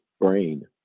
brain